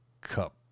cup